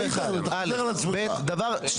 אבל הבנתי, איתן, אתה מדבר על עצמך.